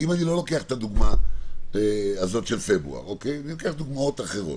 אלא לוקח דוגמאות אחרות,